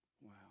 Wow